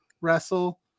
wrestle